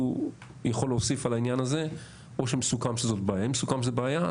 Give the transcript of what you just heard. אם מסוכם שזאת בעיה,